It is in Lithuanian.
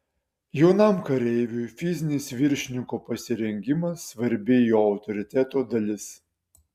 jaunam kareiviui fizinis viršininko pasirengimas svarbi jo autoriteto dalis